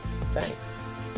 Thanks